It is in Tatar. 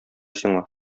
сиңа